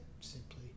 simply